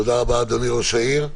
תודה רבה, אדוני ראש העיר.